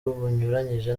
bunyuranyije